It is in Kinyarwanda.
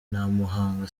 ntamuhanga